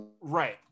right